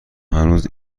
هنوز